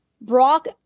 Brock